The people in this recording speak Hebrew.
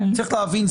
צריך להבין,